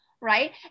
right